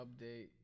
update